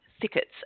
thickets